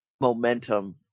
momentum